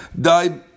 die